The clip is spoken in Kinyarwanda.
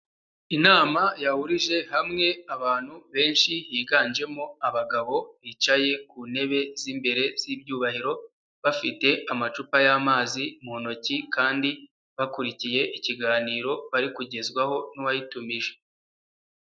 Inama yahurije hamwe abantu benshi, higanjemo abagabo bicaye ku ntebe z'imbere z'ibyuyubahiro, bafite amacupa y'amazi mu ntoki kandi bakurikiye ikiganiro bari kugezwaho n'uwayitumije.